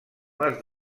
les